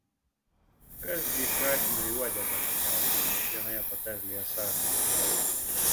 kas gi katinui uodegą pakels kaip vienoje patarlėje sakoma